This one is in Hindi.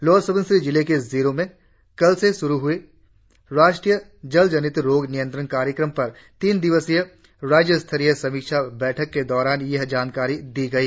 लोअर सुबनसिरी जिले के जीरों में कल से शुरु हुई राष्ट्रीय जलजनित रोग नियंत्रण कार्यक्रम पर तीन दिवसीय राज्य स्तरीय समीक्षा बैठक के दौरान यह जानकारी दी गई